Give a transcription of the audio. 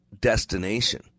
destination